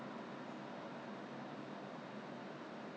experienced and professional enough lah so I think so